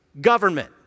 government